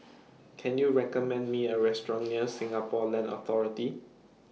Can YOU recommend Me A Restaurant near Singapore Land Authority